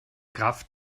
kraft